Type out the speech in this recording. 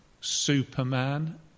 Superman